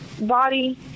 body